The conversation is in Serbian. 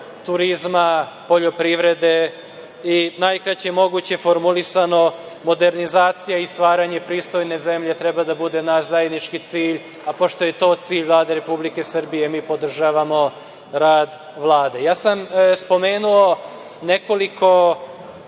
turizma, poljoprivrede i najkraći mogući formulisano modernizacija i stvaranje pristojne zemlje treba da bude naš zajednički cilj, a pošto je to cilj Vlade Republike Srbije mi podržavamo rad Vlade. Spomenuo sam nekoliko